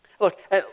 Look